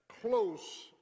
close